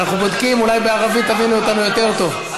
אנחנו בודקים, אולי בערבית תבינו אותנו יותר טוב.